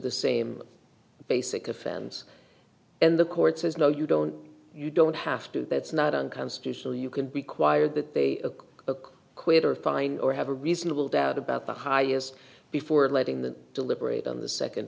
the same basic offense and the court says no you don't you don't have to that's not unconstitutional you can require that they look quit or fine or have a reasonable doubt about the highest before letting the deliberate on the second